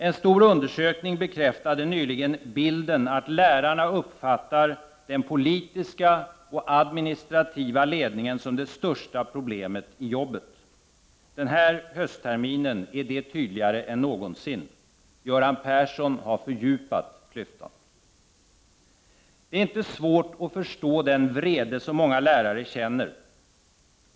En stor undersökning bekräftade nyligen bilden att lärarna uppfattar den politiska och administrativa ledningen som det största problemet i jobbet. Den här höstterminen är det tydligare än någonsin. Göran Persson har fördjupat klyftan. Det är inte svårt att förstå den vrede som många lärare känner.